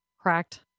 cracked